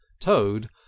Toad